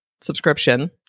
subscription